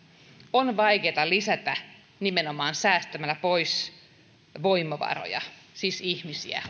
on vaikeata lisätä nimenomaan säästämällä pois voimavaroja siis ihmisiä